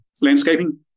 landscaping